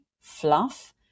fluff